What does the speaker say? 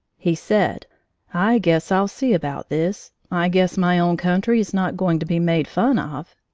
he said i guess i'll see about this. i guess my own country is not going to be made fun of!